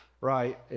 Right